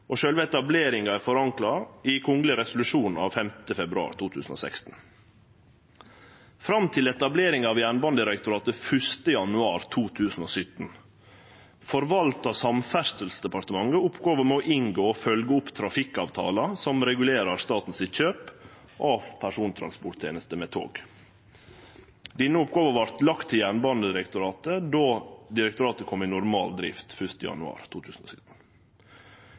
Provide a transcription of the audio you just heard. og sjølve etableringa er forankra i kgl. res. av 5. februar 2016. Fram til etableringa av Jernbanedirektoratet 1. januar 2017 forvalta Samferdselsdepartementet oppgåva med å inngå og følgje opp trafikkavtalar som regulerer staten sitt kjøp av persontransporttenester med tog. Denne oppgåva vart lagd til Jernbanedirektoratet då direktoratet kom i normal drift l. januar 2017.